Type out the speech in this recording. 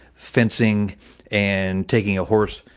fencing and taking a horse,